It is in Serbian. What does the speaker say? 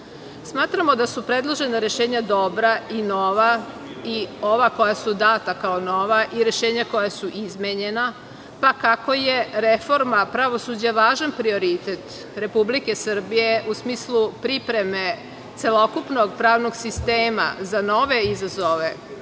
da su predložena rešenja dobra i nova i ova koja su data kao nova i rešenja koja su izmenjena, pa kako je reforma pravosuđa važan prioritet Republike Srbije u smislu pripreme celokupnog pravnog sistema za nove izazove,